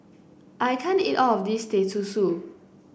I can't eat all of this Teh Susu